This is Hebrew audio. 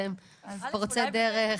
שהם פורצי דרך.